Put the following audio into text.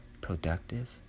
productive